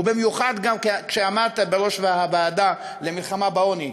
ובמיוחד גם כשעמדת בראש הוועדה למלחמה בעוני,